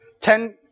ten